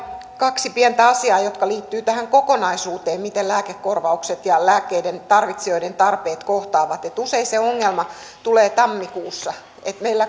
kaksi pientä asiaa jotka liittyvät tähän kokonaisuuteen miten lääkekorvaukset ja lääkkeiden tarvitsijoiden tarpeet kohtaavat usein se ongelma tulee tammikuussa